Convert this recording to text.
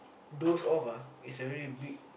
doze off ah is very big